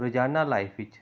ਰੋਜ਼ਾਨਾ ਲਾਈਫ ਵਿੱਚ